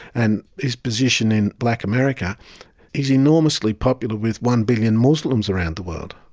and his position in black america, he is enormously popular with one billion muslims around the world.